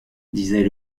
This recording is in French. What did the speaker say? disait